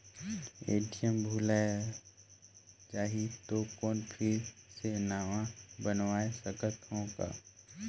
ATM भुलाये जाही तो कौन फिर से नवा बनवाय सकत हो का?